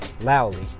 loudly